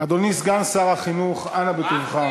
אדוני סגן שר החינוך, אנא בטובך.